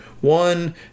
One